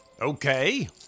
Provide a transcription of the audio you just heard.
Okay